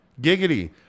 Giggity